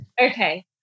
okay